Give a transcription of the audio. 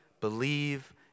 believe